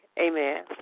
Amen